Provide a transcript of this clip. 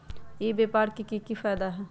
ई व्यापार के की की फायदा है?